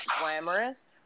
glamorous